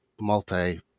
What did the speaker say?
multi